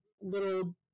little